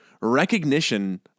recognition